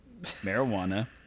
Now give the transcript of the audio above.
marijuana